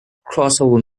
crossover